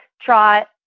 trot